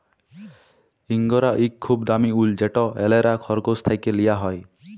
ইঙ্গরা ইক খুব দামি উল যেট অল্যরা খরগোশ থ্যাকে লিয়া হ্যয়